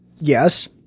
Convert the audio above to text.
Yes